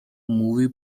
movie